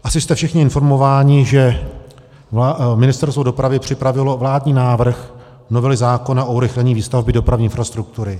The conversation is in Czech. Asi jste všichni informováni, že Ministerstvo dopravy připravilo vládní návrh novely zákona o urychlení výstavby dopravní infrastruktury.